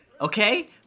okay